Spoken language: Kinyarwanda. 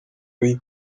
w’iyi